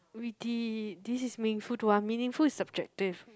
we did this is meaningful too ah meaningful is subjective